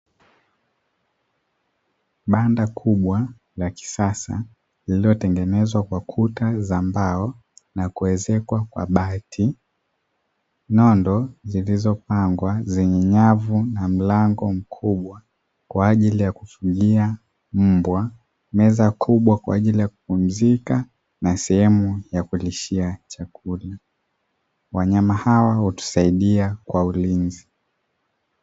Banda kubwa la kisasa lililotengenezwa kwa kuta za mbao na kuezekwa kwa bati, nondo zilizopangwa zenye nyavu na mlango mkubwa kwa ajili ya kufugia mbwa, meza kubwa kwa ajili ya kupumzika na sehemu ya kulishia chakula, wanyama hawa hutusaidia kwa ulinzi.